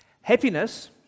Happiness